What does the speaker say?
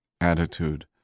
attitude